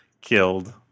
killed